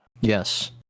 yes